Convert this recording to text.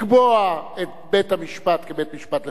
לקבוע את בית-המשפט כבית-משפט לחוקה,